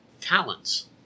talents